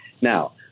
Now